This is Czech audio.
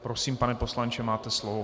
Prosím, pane poslanče, máte slovo.